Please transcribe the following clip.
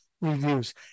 reviews